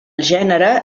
gènere